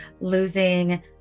losing